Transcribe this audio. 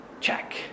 Check